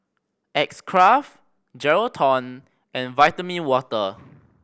X Craft Geraldton and Vitamin Water